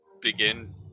begin